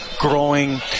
growing